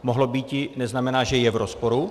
Mohlo býti neznamená, že je v rozporu.